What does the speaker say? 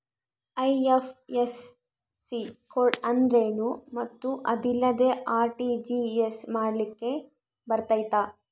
IFSC code ಅಂದ್ರೇನು ಮತ್ತು ಅದಿಲ್ಲದೆ ಆರ್.ಟಿ.ಜಿ.ಎಸ್ ಮಾಡ್ಲಿಕ್ಕೆ ಬರ್ತೈತಾ?